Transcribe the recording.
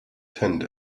tent